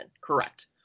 Correct